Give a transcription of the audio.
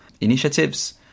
initiatives